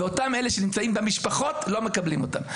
ואותם אלה שנמצאים במשפחות לא מקבלים אותם.